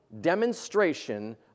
demonstration